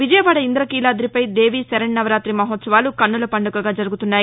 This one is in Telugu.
విజయవాడ ఇంద్రకీలాదిపై దేవీశరన్నవరాతి మహాత్సవాలు కన్నుల పండుగగా జరుగుతున్నాయి